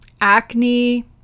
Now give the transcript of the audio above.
acne